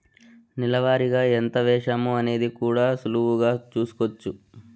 నెల వారిగా ఎంత వేశామో అనేది కూడా సులువుగా చూస్కోచ్చు